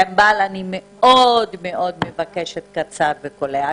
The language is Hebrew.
ענבל, אני מאוד מאוד מבקשת: קצר וקולע.